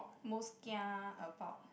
most kia about